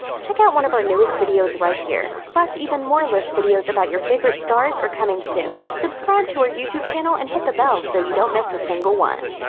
check out one of our newest videos right here! plus, even more list videos about your favorite stars are coming soon. subscribe to our youtube channel and hit the bell so you don't miss a single one.